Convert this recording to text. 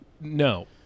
no